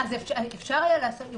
רוצים,